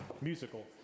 musical